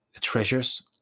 treasures